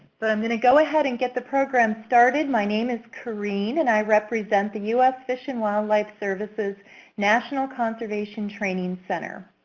but i'm going to go ahead and get the program started. my name is karene, and i represent the u s. fish and wildlife services national conservation training center.